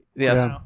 Yes